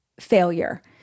failure